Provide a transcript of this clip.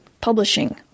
publishing